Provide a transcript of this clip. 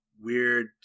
weird